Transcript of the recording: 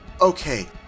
Okay